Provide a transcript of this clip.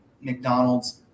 McDonald's